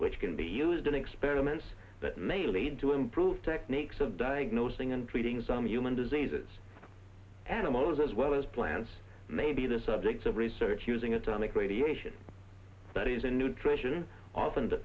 which can be used in experiments that may lead to improved techniques of diagnosing and treating some human diseases animals as well as plants may be the subjects of research using atomic radiation studies in nutrition often